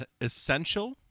essential